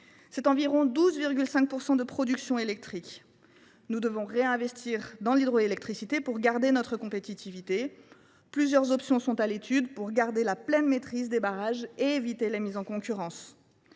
environ 12,5 % de la production électrique. Nous devons réinvestir dans ce domaine pour préserver notre compétitivité. Très bien ! Plusieurs options sont à l’étude pour garder la pleine maîtrise des barrages et éviter les mises en concurrence.